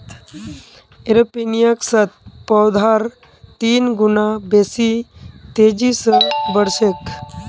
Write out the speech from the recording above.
एरोपोनिक्सत पौधार तीन गुना बेसी तेजी स बढ़ छेक